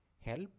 help